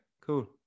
cool